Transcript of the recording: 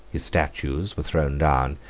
his statues were thrown down,